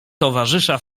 towarzysza